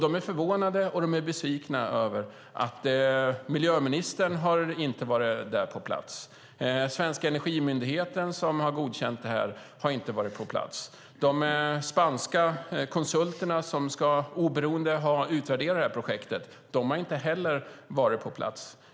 De är förvånade och besvikna över att miljöministern inte har varit på plats. Den svenska Energimyndigheten, som har godkänt projektet, har inte varit på plats. De spanska konsulterna, som ska ha gjort en oberoende utvärdering av projektet, har inte heller varit på plats.